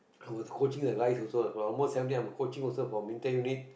I was coaching the guys also lah for almost seventeen I'm coaching also for Muay-Thai unit